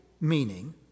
meaning